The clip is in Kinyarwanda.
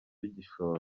igishoro